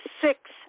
six